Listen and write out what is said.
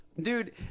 Dude